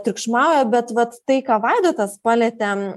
triukšmauja bet vat tai ką vaidotas palietė